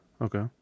Okay